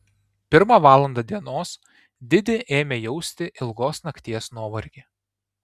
pirmą valandą dienos didi ėmė jausti ilgos nakties nuovargį